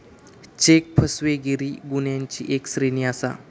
check फसवेगिरी गुन्ह्यांची एक श्रेणी आसा